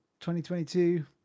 2022